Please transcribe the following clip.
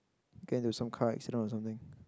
get into some car accident or something